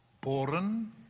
born